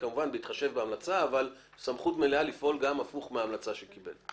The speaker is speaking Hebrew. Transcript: כמובן בהתחשב בהמלצה אבל יש לו סמכות מלאה לפעול גם הפוך מההמלצה שקיבל.